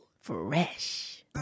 Fresh